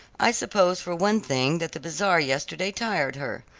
i suppose for one thing that the bazaar yesterday tired her.